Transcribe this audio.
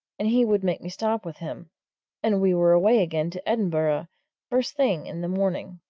and he would make me stop with him and we were away again to edinburgh first thing in the morning.